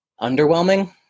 underwhelming